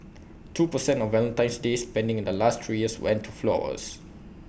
two per cent of Valentine's day spending in the last three years went to flowers